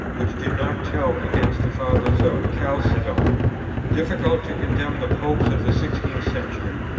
which did not tell against the fathers of chalcedon difficult to condemn the popes of the sixteenth century,